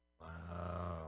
Wow